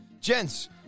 Gents